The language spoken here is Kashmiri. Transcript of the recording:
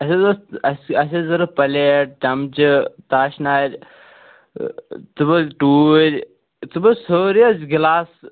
اسہِ حظ اوس اسہِ اسہِ اوس ضروٗرت پَلیٹ چَمچہِ تَش نٲرۍ ژٕ بوز ٹوٗرۍ ژٕ بوز سٲری حظ گِلاس